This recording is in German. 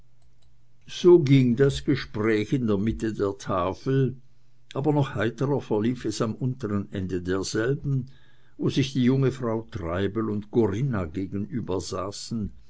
so ging das gespräch in der mitte der tafel aber noch heiterer verlief es am unteren ende derselben wo sich die junge frau treibel und corinna